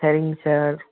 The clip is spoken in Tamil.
சரிங்க சார்